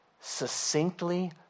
succinctly